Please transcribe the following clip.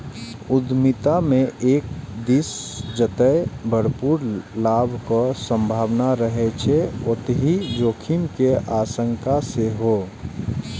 उद्यमिता मे एक दिस जतय भरपूर लाभक संभावना रहै छै, ओतहि जोखिम के आशंका सेहो